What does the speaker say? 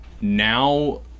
now